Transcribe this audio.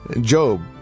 Job